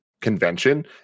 convention